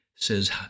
says